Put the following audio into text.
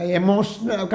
emotional